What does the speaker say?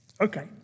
Okay